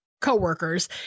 co-workers